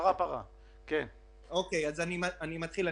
האם היא נורמלית.